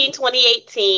2018